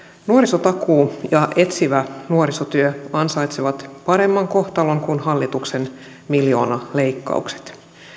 nuorisotakuu ja etsivä nuorisotyö ansaitsevat paremman kohtalon kuin hallituksen miljoonaleikkaukset